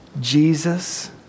Jesus